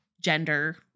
gender